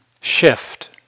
shift